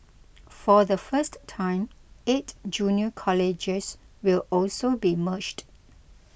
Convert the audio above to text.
for the first time eight junior colleges will also be merged